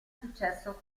successo